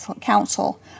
council